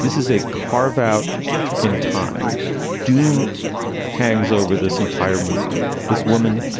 this is a carve out in time doom hangs over this entire movie. this woman,